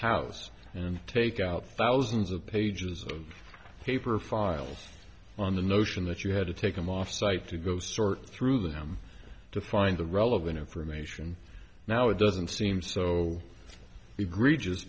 house and take out thousands of pages of paper files on the notion that you had to take them off site to go sort through them to find the relevant information now it doesn't seem so